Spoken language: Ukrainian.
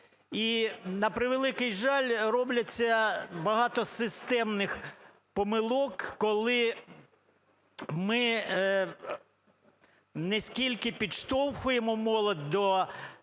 І, на превеликий жаль, робиться багато системних помилок, коли ми не стільки підштовхуємо молодь до